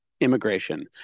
immigration